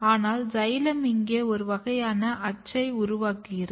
ஆனால் சைலம் இங்கே ஒரு வகையான அச்சை உருவாக்குகிறது